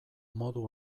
modu